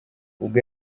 ubwo